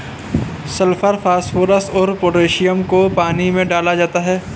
sulphur phosphorus और potassium को पानी में डाला जाता है